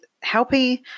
helping